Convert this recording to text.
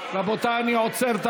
רבותיי, אני עוצר את